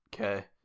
Okay